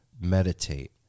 meditate